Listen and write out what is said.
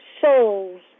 souls